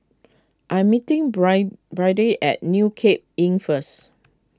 I'm meeting Byrdie at New Cape Inn first